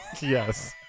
Yes